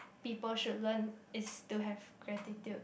people should learn is to have gratitude